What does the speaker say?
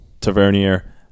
Tavernier